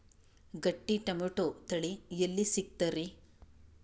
ಗಟ್ಟಿ ಟೊಮೇಟೊ ತಳಿ ಎಲ್ಲಿ ಸಿಗ್ತರಿ?